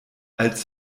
als